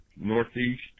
Northeast